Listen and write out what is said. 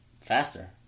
Faster